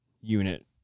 unit